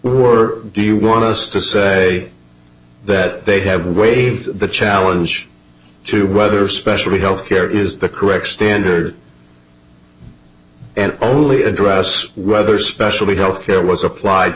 were do you want us to say that they have waived the challenge to whether specially health care is the correct standard and only address whether specially health care was applied